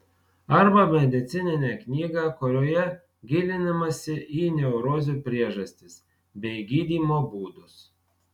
arba medicininę knygą kurioje gilinamasi į neurozių priežastis bei gydymo būdus